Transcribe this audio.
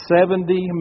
Seventy